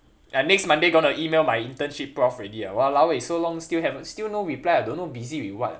I next monday gonna email my internship prof already ah !walao! eh so long still haven't still no reply I don't know busy with what